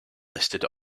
listed